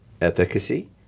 efficacy